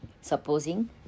Supposing